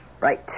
Right